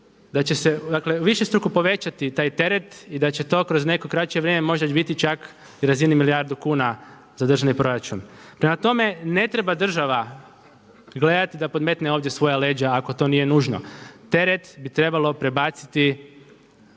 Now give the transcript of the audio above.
da će se, dakle višestruko povećati taj teret i da će to kroz neko kraće vrijeme možda već biti čak i na razinu od milijardu kuna za državni proračun. Prema tome, ne treba država gledati da podmetne ovdje svoja leđa ako to nije nužno, teret bi trebalo prebaciti